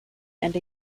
and